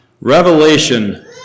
Revelation